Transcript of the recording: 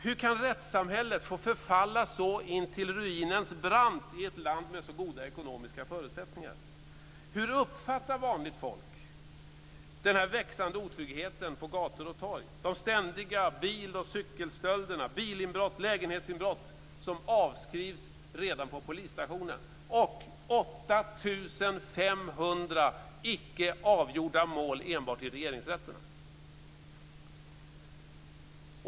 Hur kan rättssamhället få förfalla så intill ruinens brant i ett land med så goda ekonomiska förutsättningar? Hur uppfattar vanligt folk den växande otryggheten på gator och torg, de ständiga bil och cykelstölderna, bilinbrotten och lägenhetsinbrotten, som avskrivs redan på polisstationen? Det finns 8 500 icke avgjorda mål enbart i Regeringsrätten.